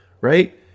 right